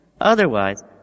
otherwise